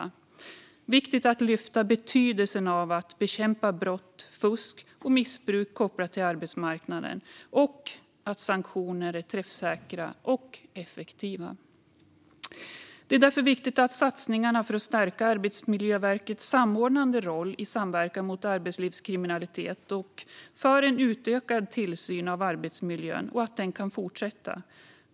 Det är viktigt att lyfta betydelsen av att bekämpa brott, fusk och missbruk kopplat till arbetsmarknaden och att sanktioner är träffsäkra och effektiva. Det är därför viktigt att satsningarna för att stärka Arbetsmiljöverkets samordnande roll i samverkan mot arbetslivskriminalitet och för en utökad tillsyn av arbetsmiljön kan fortsätta.